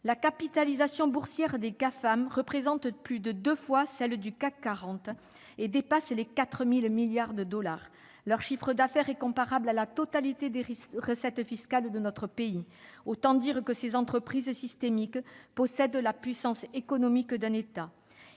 la capitalisation boursière des Gafam représente plus de deux fois celle du CAC 40 et dépasse les 4 000 milliards de dollars. Leur chiffre d'affaires est comparable à la totalité des recettes fiscales de notre pays. Autant dire que ces entreprises systémiques possèdent la puissance économique d'un État